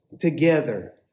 together